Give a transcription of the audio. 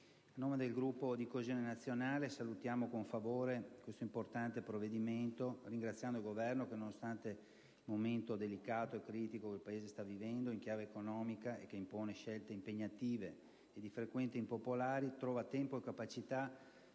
a nome del Gruppo di Coesione Nazionale, saluto con favore questo importante provvedimento, ringraziando il Governo per il fatto che, nonostante il momento delicato e critico che il Paese sta vivendo in chiave economica e che impone scelte impegnative e di frequente impopolari, trova tempo e capacità